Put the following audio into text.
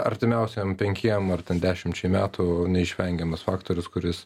artimiausiem penkiem ar ten dešimčiai metų neišvengiamas faktorius kuris